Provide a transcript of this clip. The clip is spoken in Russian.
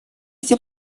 эти